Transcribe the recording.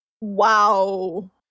Wow